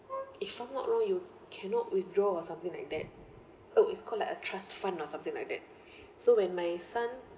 if I'm not wrong you cannot withdraw or something like that oh it's called like a trust fund or something like that so when my son